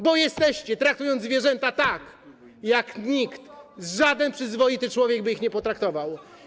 Bo jesteście, skoro traktujecie zwierzęta tak jak nikt, żaden przyzwoity człowiek, by ich nie potraktował.